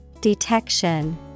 Detection